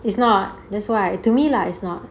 it's not that's why to me lah it's not